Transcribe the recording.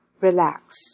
Relax